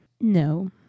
No